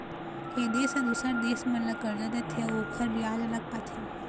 ए देश ह दूसर देश मन ल करजा देथे अउ ओखर बियाज अलग पाथे